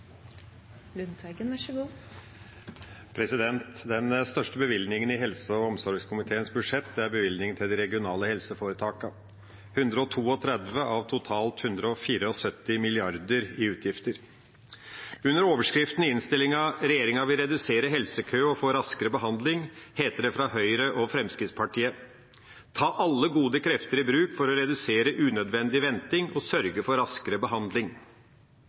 bevilgningen til de regionale helseforetakene – 132 mrd. av totalt 174 mrd. kr i utgifter. Under overskrifta i innstillinga «Redusert helsekø og raskere behandling» heter det fra Høyre og Fremskrittspartiet at de vil «ta alle gode krefter i bruk for å redusere unødvendig venting og sørge for raskere behandling».